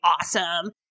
awesome